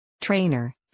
Trainer